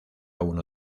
uno